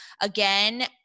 Again